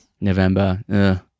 November